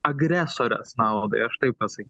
agresorės naudai aš taip pasa